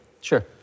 Sure